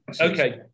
Okay